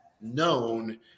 known